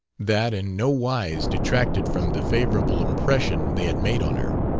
that in no wise detracted from the favorable impression they had made on her.